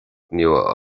nua